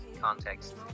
context